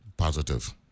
positive